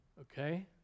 Okay